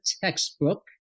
textbook